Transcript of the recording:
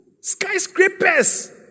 skyscrapers